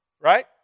Right